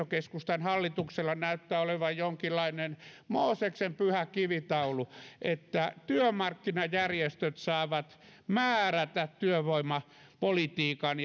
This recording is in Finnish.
keskustan hallituksella näyttää olevan jonkinlainen mooseksen pyhä kivitaulu että työmarkkinajärjestöt saavat määrätä työvoimapolitiikan